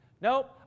Nope